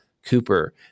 cooper